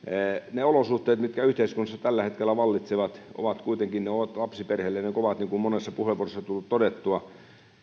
ne olosuhteet mitkä yhteiskunnassa tällä hetkellä vallitsevat ovat kuitenkin lapsiperheille kovat niin kuin monessa puheenvuorossa on tullut todettua